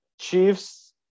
Chiefs